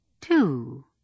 Two